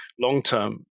long-term